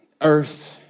earth